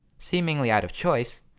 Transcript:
seemingly out of choice,